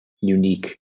unique